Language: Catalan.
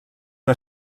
una